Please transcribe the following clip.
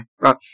right